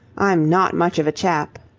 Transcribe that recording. i'm not much of a chap.